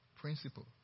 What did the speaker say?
Principle